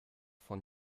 von